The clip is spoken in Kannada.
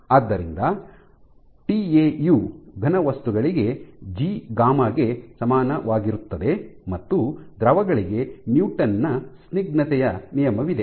ಆದ್ದರಿಂದ ಟಿಎಯು ಘನವಸ್ತುಗಳಿಗೆ ಜಿ ಗಾಮಾ γ ಗೆ ಸಮಾನವಾಗಿರುತ್ತದೆ ಮತ್ತು ದ್ರವಗಳಿಗೆ ನ್ಯೂಟನ್ ನ ಸ್ನಿಗ್ಧತೆಯ ನಿಯಮವಿದೆ